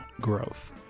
Growth